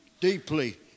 deeply